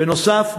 בנוסף,